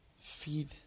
Feed